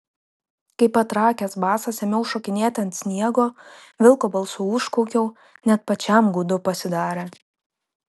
kaip patrakęs basas ėmiau šokinėti ant sniego vilko balsu užkaukiau net pačiam gūdu pasidarė